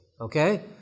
Okay